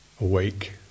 awake